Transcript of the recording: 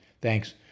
Thanks